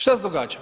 Šta se događa?